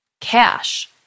cash